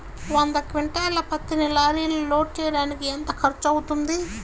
వంద క్వింటాళ్ల పత్తిని లారీలో లోడ్ చేయడానికి ఎంత ఖర్చవుతుంది?